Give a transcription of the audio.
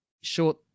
short